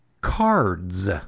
cards